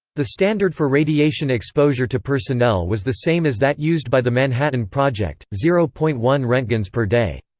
the standard for radiation exposure to personnel was the same as that used by the manhattan project zero point one roentgens per day.